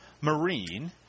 Marine